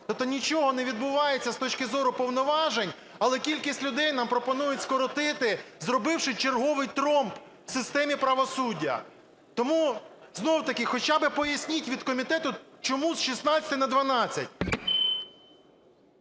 нічого не відбувається з точки зору повноважень, але кількість людей нам пропонують скоротити, зробивши черговий тромб в системі правосуддя. Тому знову-таки хоча би поясніть від комітету, чому з 16 на 12.